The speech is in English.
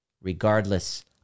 regardless